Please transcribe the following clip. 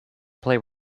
play